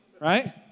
right